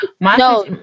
No